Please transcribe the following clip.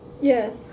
Yes